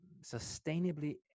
sustainably